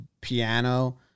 piano